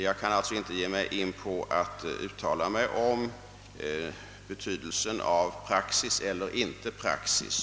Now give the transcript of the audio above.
Jag kan alltså inte uttala mig om betydelsen av praxis eller icke praxis.